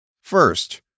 First